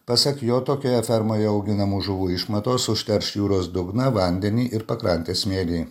pasak jo tokioje fermoje auginamų žuvų išmatos užterš jūros dugną vandenį ir pakrantės smėlį